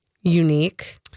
Unique